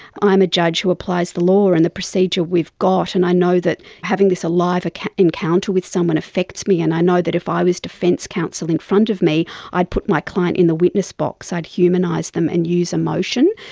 i'm a judge who applies the law, and the procedure we've got, and i know that having this alive encounter with someone affects me and i know that if i was defence counsel in front of me i'd put my client in the witness box, i'd humanise them and use emotion.